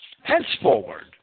Henceforward